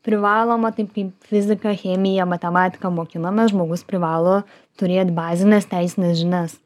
privaloma taip kaip fiziką chemiją matematiką mokinomės žmogus privalo turėt bazines teisines žinias